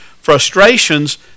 frustrations